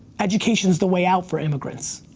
education's the way out for immigrants.